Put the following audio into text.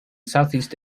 southeast